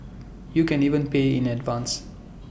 you can even pay in advance